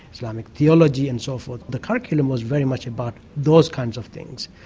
islamic theology and so forth. the curriculum was very much about those kinds of things.